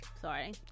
Sorry